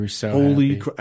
holy